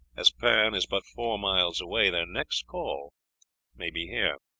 as pernes is but four miles away, their next call may be here.